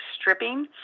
stripping